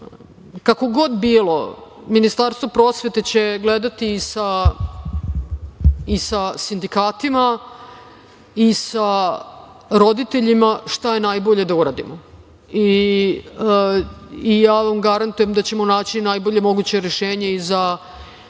Kako god bilo, Ministarstvo prosvete će gledati i sa sindikatima i sa roditeljima šta je najbolje da uradimo. Garantujem vam da ćemo naći najbolje moguće rešenje i za